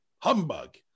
humbug